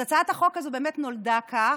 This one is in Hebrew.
אז הצעת החוק הזו נולדה כך.